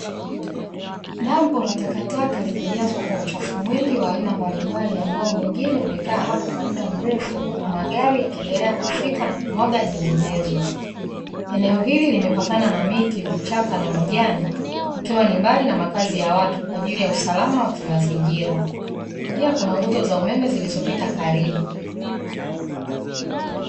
Dambo la takataka limejazwa kwa uchafu mwingi wa aina mbalimbali ambao mwingine umekaa hapo kwa mda mrefu, huku magari yakiendelea kufika na kumwaga nyinginezo. Eneo hili limepakana na miti, vichaka na majani; ikiwa ni mbali na makazi ya watu kwa ajili ya usalama wa kimazingira. Pia kuna nguzo za umeme zilizopita karibu.